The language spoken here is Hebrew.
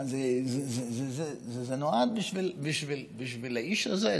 זה נועד בשביל האיש הזה.